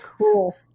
cool